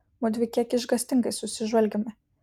mudvi kiek išgąstingai susižvelgėme